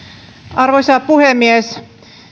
arvoisa puhemies